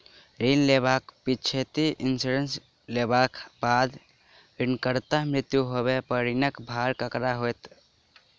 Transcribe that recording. ऋण लेबाक पिछैती इन्सुरेंस लेबाक बाद ऋणकर्ताक मृत्यु होबय पर ऋणक भार ककरा पर होइत?